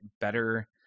better